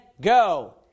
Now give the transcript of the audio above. go